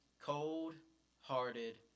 Cold-hearted